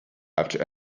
after